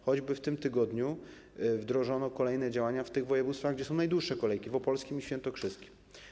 Choćby w tym tygodniu wdrożono kolejne działania w województwach, gdzie są najdłuższe kolejki - w opolskim i świętokrzyskim.